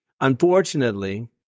unfortunately